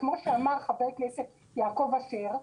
וכפי שאמר חבר הכנסת יעקב אשר,